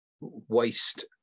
waste